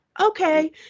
okay